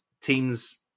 Teams